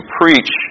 preach